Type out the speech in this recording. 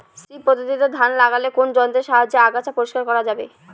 শ্রী পদ্ধতিতে ধান লাগালে কোন যন্ত্রের সাহায্যে আগাছা পরিষ্কার করা যাবে?